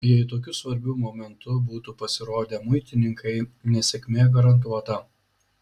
jei tokiu svarbiu momentu būtų pasirodę muitininkai nesėkmė garantuota